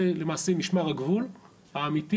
זה למעשה משמר הגבול האמיתי.